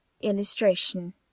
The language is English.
illustration